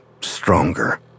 stronger